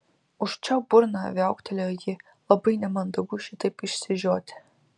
užčiaupk burną viauktelėjo ji labai nemandagu šitaip išsižioti